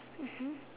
mmhmm